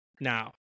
now